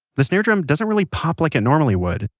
the snare drum doesn't really pop like it normally would,